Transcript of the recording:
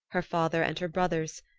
her father and her brothers,